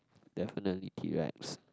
definitely T-Rex